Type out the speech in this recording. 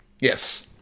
Yes